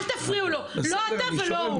אל תפריעו לו, לא אתה ולא הוא.